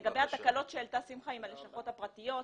לגבי התקלות שהעלתה שמחה עם הלשכות הפרטיות,